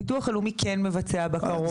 ביטוח לאומי כן מבצע בקרות.